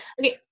okay